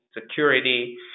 security